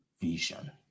vision